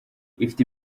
ifite